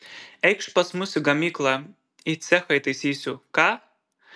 eikš pas mus į gamyklą į cechą įtaisysiu ką